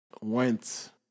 went